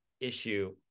issue